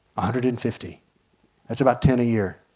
hundred and fifty that's about ten a year.